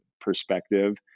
perspective